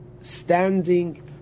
standing